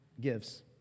gives